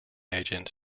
agent